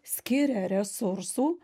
skiria resursų